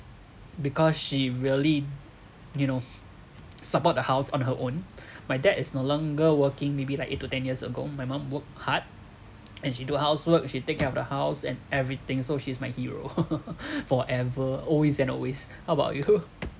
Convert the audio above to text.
because she really you know support a house on her own my dad is no longer working maybe like eight to ten years ago my mom worked hard and she do housework she take care of the house and everything so she's my hero forever always and always about you